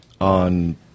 on